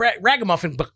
ragamuffin